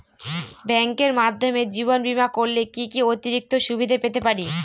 ব্যাংকের মাধ্যমে জীবন বীমা করলে কি কি অতিরিক্ত সুবিধে পেতে পারি?